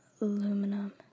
aluminum